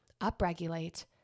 upregulate